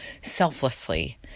selflessly